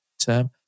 term